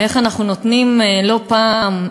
ואיך אנחנו נותנים לא פעם,